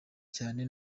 cyane